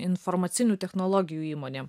informacinių technologijų įmonėm